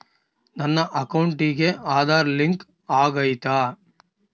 ನನ್ನ ಅಕೌಂಟಿಗೆ ಆಧಾರ್ ಲಿಂಕ್ ಆಗೈತಾ?